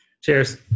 cheers